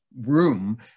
room